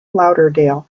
lauderdale